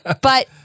But-